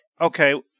Okay